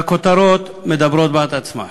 והכותרות מדברות בעד עצמן.